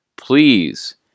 please